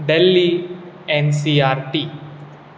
Delhi NCERT